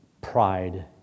Pride